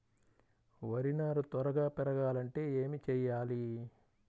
వరి నారు త్వరగా పెరగాలంటే ఏమి చెయ్యాలి?